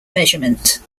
measurement